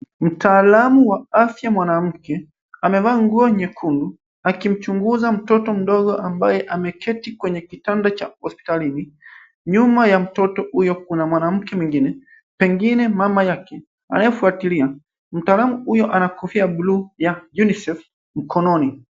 Mtaalamu wa afya mwanamke amevaa nguo nyekundu akimchunguza mtoto mdogo ambaye ameketi kwenye kitanda cha hospitalini. Nyuma ya mtoto huyo kuna mwanamke mwingine pengine mama yake anayefuatilia. Mtaalamu huyo ana kofia ya bluu ya unicef mkononi.